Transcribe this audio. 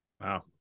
Wow